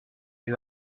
you